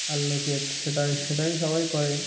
আর লোকেত সেটাই সেটাই সবাই করে